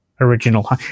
original